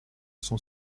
sont